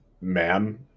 Ma'am